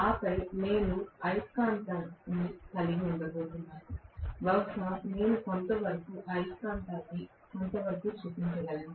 ఆపై నేను అయస్కాంతం కలిగి ఉండబోతున్నాను బహుశా నేను కొంతవరకు అయస్కాంతాన్ని కొంతవరకు చూపించగలను